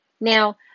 Now